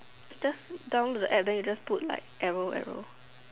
just download the App then you just put like arrow arrow